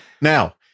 Now